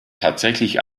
tatsächlich